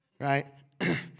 right